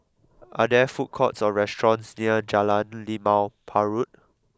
are there food courts or restaurants near Jalan Limau Purut